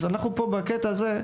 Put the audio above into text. בקטע הזה,